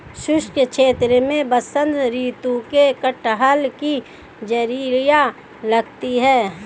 शुष्क क्षेत्र में बसंत ऋतु में कटहल की जिरीयां लगती है